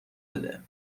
بده